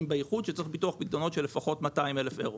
באיחוד צריך ביטוח פקדונות של לפחות 200 אלף אירו.